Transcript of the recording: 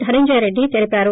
ధనుంజయరెడ్డి తెలిపారు